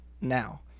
now